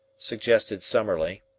suggested summerlee.